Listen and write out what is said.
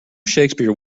shakespeare